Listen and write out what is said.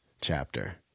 chapter